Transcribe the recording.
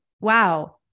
Wow